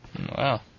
Wow